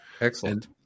Excellent